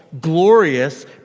glorious